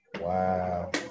Wow